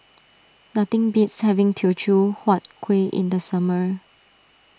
nothing beats having Teochew Huat Kuih in the summer